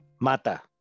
Mata